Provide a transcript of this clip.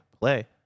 Play